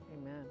Amen